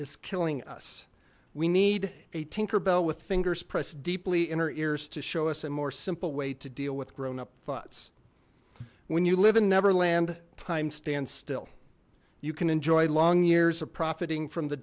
is killing us we need a tinkerbell with fingers pressed deeply in her ears to show us a more simple way to deal with grown up thoughts when you live in neverland time stands still you can enjoy long years of profiting from the